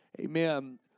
Amen